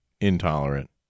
intolerant